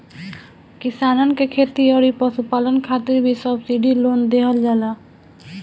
किसानन के खेती अउरी पशुपालन खातिर भी सब्सिडी लोन देहल जाला